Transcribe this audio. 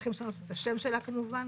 צריכים לשנות את השם שלה כמובן,